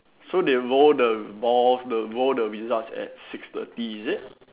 so they roll the balls they roll the results at six thirty is it